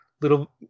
little